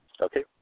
Okay